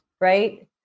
right